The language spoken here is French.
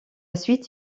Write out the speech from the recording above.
suite